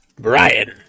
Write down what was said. Brian